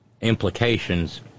implications